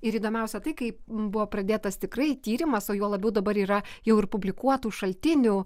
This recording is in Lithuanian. ir įdomiausia tai kaip buvo pradėtas tikrai tyrimas o juo labiau dabar yra jau ir publikuotų šaltinių